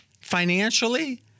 Financially